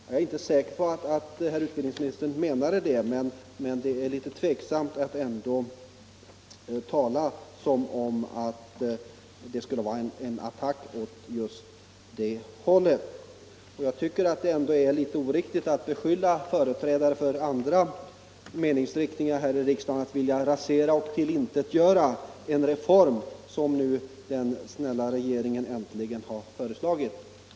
Jag är inte säker på att utbildningsministern menade detta, men det är litet tvetydigt att tala som om det skulle vara fråga om en attack åt just det hållet. Jag tycker det är oriktigt att beskylla företrädare för andra meningsriktningar här i riksdagen att vilja rasera och omintetgöra en reform som den snälla regeringen äntligen föreslagit.